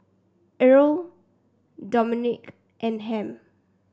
Irl Dominique and Ham